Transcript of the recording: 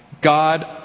God